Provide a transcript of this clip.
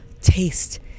taste